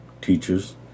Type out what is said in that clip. teachers